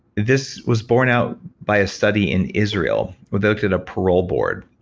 this was born out by a study in israel. they looked at a parole board.